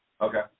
Okay